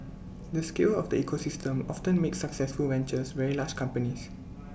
the scale of the ecosystem often makes successful ventures very large companies